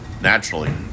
naturally